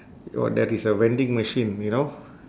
what that is a vending machine you know